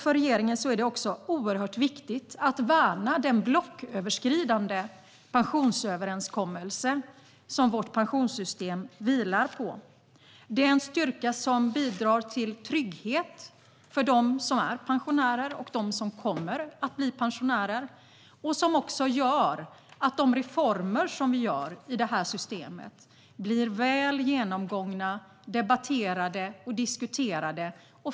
För regeringen är det också oerhört viktigt att värna den blocköverskridande pensionsöverenskommelse som vårt pensionssystem vilar på. Det är en styrka som bidrar till trygghet för dem som är eller kommer att bli pensionärer. Det gör också att de reformer som vi gör i systemet blir väl genomgångna, debatterade och diskuterade.